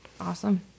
Awesome